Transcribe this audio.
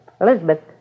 Elizabeth